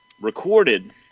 recorded